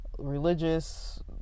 religious